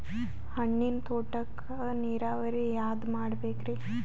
ಹಣ್ಣಿನ್ ತೋಟಕ್ಕ ನೀರಾವರಿ ಯಾದ ಮಾಡಬೇಕ್ರಿ?